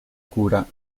cura